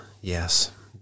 yes